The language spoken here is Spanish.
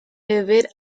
beber